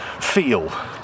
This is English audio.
feel